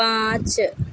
پانچ